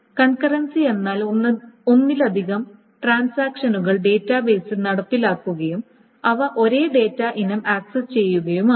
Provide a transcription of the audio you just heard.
concurrency എന്നാൽ ഒന്നിലധികം ട്രാൻസാക്ഷനുകൾ ഡാറ്റാബേസിൽ നടപ്പിലാക്കുകയും അവ ഒരേ ഡാറ്റ ഇനം ആക്സസ് ചെയ്യുകയുമാണ്